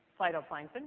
phytoplankton